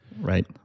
Right